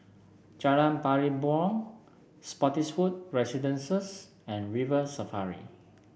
Jalan Pari Burong Spottiswoode Residences and River Safari